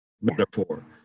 metaphor